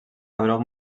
hebreu